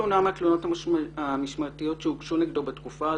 בכלל לבקר את ראש העיר המכהן ואת עבודת ראש העיר ואת עבודת